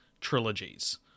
trilogies